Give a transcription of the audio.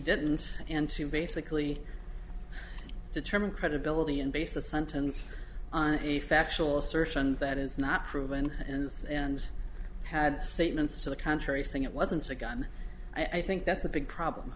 didn't and to basically determine credibility and base a sentence on a factual assertion that is not proven in this and had statements to the contrary saying it wasn't a gun i think that's a big problem